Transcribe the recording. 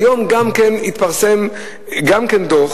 היום התפרסם גם כן דוח